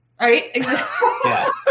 Right